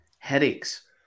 Headaches